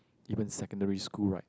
even secondary school right